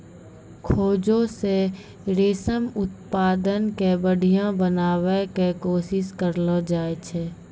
खोजो से रेशम उत्पादन के बढ़िया बनाबै के कोशिश करलो जाय छै